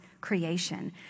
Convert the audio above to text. creation